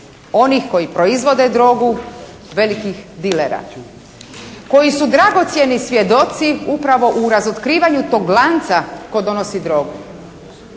onih koji proizvode drogu, velikih dilera, koji su dragocjeni svjedoci upravo u razotkrivanju tog lanca tko donosi drogu.